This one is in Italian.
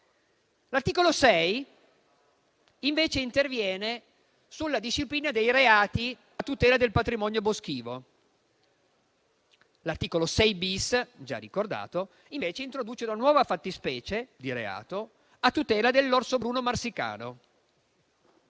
L'articolo 6 interviene sulla disciplina dei reati a tutela del patrimonio boschivo. L'articolo 6-*bis*, già ricordato, introduce una nuova fattispecie di reato a tutela dell'orso bruno marsicano.